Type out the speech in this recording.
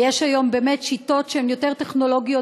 ויש היום באמת שיטות שהן יותר טכנולוגיות,